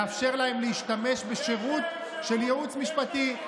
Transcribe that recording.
לאפשר להם להשתמש בשירות של ייעוץ משפטי.